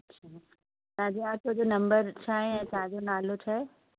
अच्छा तव्हांजो ऑटो जो नम्बर छा आहे ऐं तव्हांजो नालो छा आहे